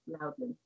loudly